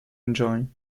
engine